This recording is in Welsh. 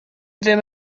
ddim